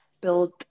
build